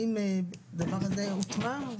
האם הדבר הזה הוטמע?